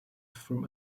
from